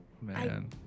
Man